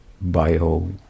bio